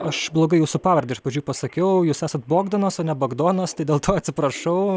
aš blogai jūsų pavardę iš pradžių pasakiau jūs esat bogdanas o ne bagdonas tai dėl to atsiprašau